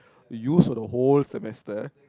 use for the whole semester